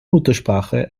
muttersprache